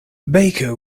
baker